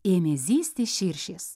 ėmė zyzti širšės